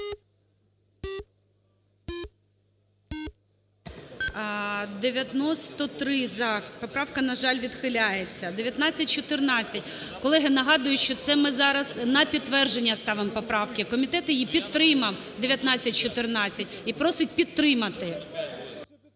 за. Поправка, на жаль, відхиляється. 1914. Колеги, нагадую, що це ми зараз на підтвердження ставимо поправки. Комітет її підтримав 1914 і просить підтримати.